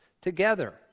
together